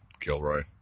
Gilroy